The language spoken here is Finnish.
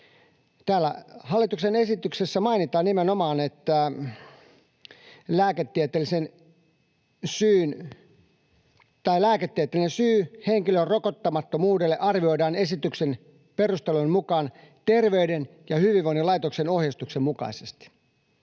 Hallituksen esityksessä mainitaan nimenomaan, että ”lääketieteellinen syy henkilön rokottamattomuudelle arvioidaan esityksen perustelujen mukaan Terveyden ja hyvinvoinnin laitoksen ohjeistuksen mukaisesti”.